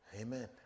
Amen